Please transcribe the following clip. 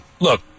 Look